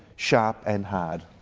sharp and hard,